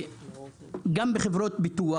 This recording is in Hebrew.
גם בחברות ביטוח,